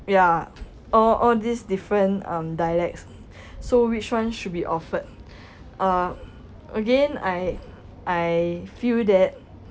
ya all all these different um dialects so which one should be offered uh again I I feel that